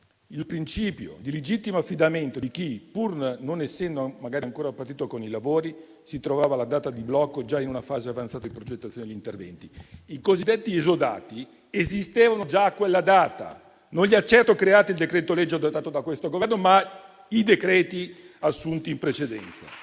il principio di legittimo affidamento di chi, pur non essendo magari ancora partito con i lavori, si trovava la data di blocco già in una fase avanzata di progettazione degli interventi. I cosiddetti esodati esistevano già a quella data, non li ha certo creati il decreto-legge adottato da questo Governo, ma i decreti assunti in precedenza.